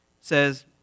says